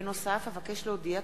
בנוסף אבקש להודיע,